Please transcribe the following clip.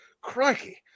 crikey